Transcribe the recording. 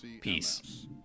peace